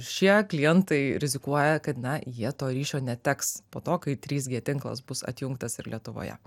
šie klientai rizikuoja kad na jie to ryšio neteks po to kai trys tinklas bus atjungtas ir lietuvoje